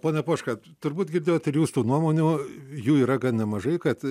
pone poška turbūt girdėjote ir jūsų nuomonių jų yra gan nemažai kad